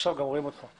מצליחים לפתור אותו.